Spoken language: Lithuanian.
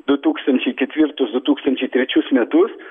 du tūkstančiai ketvirtus du tūkstančiai trečius metus